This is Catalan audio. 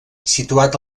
situat